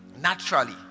naturally